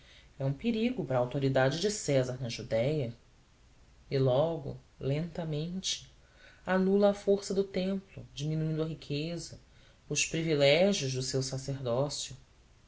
é um perigo para a autoridade de césar na judéia e logo lentamente anula a força do templo diminuindo a riqueza os privilégios do seu sacerdócio